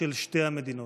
של שתי המדינות.